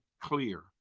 clear